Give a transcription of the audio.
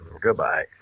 Goodbye